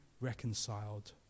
reconciled